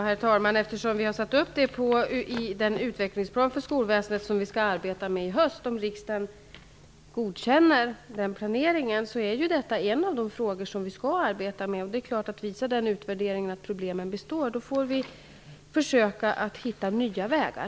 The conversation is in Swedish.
Herr talman! Det här är en av de frågor som ingår i den utvecklingsplan för skolväsendet som vi skall arbeta med i höst -- om riksdagen lämnar sitt godkännande. Det är klart att om utvärderingen visar att problemen består får vi försöka hitta nya vägar.